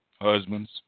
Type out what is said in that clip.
husbands